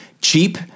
cheap